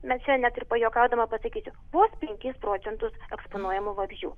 na čia net ir pajuokaudama pasakysiu vos penkis procentus eksponuojamų vabzdžių